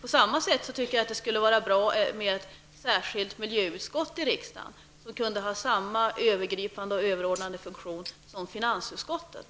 På samma sätt anser jag att det skulle vara bra med ett särskilt miljöutskott i riksdagen, ett utskott som kunde ha samma övergripande och överordnade funktion som finansutskottet.